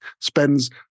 spends